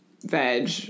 veg